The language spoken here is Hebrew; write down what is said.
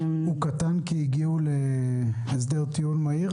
הוא קטן כי הגיעו להסדר טיעון מהיר?